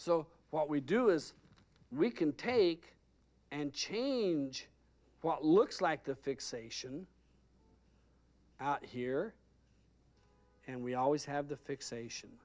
so what we do is we can take and change what looks like the fixation out here and we always have the fixation